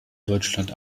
deutschland